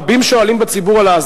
רבים בציבור שואלים עליה,